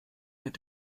mit